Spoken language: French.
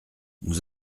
nous